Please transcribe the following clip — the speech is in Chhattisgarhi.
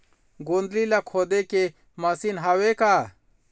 गोंदली ला खोदे के मशीन हावे का?